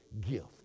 gift